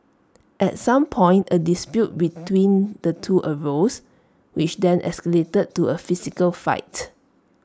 at some point A dispute between the two arose which then escalated to A physical fight